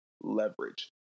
leverage